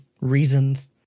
reasons